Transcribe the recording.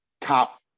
top